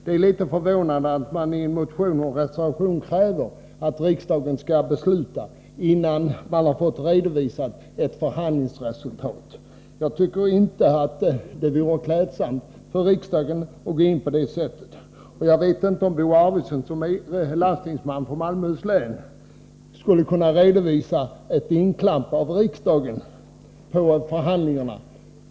Det är litet förvånande att man i en motion och en reservation kräver att riksdagen skall besluta innan ett förhandlingsresultat är redovisat. Jag tycker inte att det vore klädsamt för riksdagen. Jag vet inte om Bo Arvidson, som är landstingsman från Malmöhus län, skulle kunna förklara ett inklampande av riksdagen i förhandlingarna.